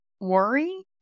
worry